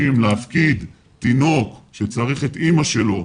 להפקיד תינוק בן שלושה חודשים שצריך את אימא שלו,